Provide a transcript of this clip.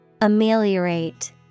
Ameliorate